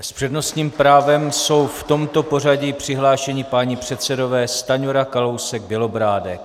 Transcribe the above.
S přednostním právem jsou v tomto pořadí přihlášeni páni předsedové Stanjura, Kalousek, Bělobrádek.